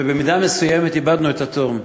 ובמידה מסוימת איבדנו את התום.